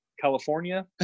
California